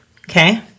Okay